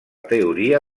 teoria